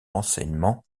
renseignements